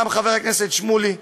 גם חבר הכנסת שמולי,